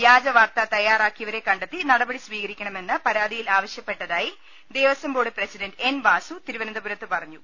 വ്യാജ വാർത്ത തയ്യാറാക്കിയവരെ കണ്ടെത്തി നടപടി സ്വീക രിക്കണമെന്ന് പരാതിയിൽ ആവശ്യപ്പെട്ടതായി ദേവസ്വംബോർഡ് പ്രസിഡന്റ് എൻ വാസു തിരുവനന്തപുരത്ത് പറഞ്ഞു